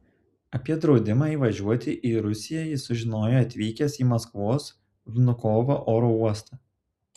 apie draudimą įvažiuoti į rusiją jis sužinojo atvykęs į maskvos vnukovo oro uostą